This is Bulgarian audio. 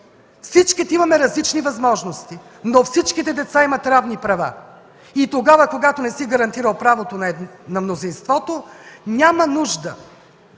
Всички имаме различни възможности, но всички деца имат равни права. И тогава, когато не си гарантирал правото на мнозинството, няма нужда